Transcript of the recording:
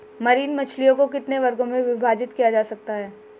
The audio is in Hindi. मरीन मछलियों को कितने वर्गों में विभाजित किया जा सकता है?